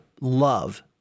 love